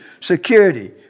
security